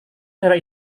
adalah